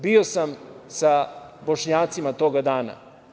Bio sam sa Bošnjacima toga dana.